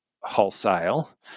wholesale